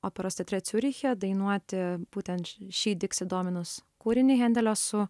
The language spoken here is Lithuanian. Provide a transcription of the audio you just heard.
operos teatre ciuriche dainuoti būtent šį diksidominus kūrinį hendelio su